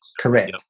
correct